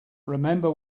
remember